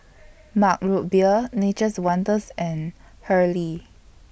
Mug Root Beer Nature's Wonders and Hurley